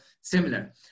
similar